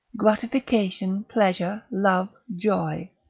gratification, pleasure, love, joy,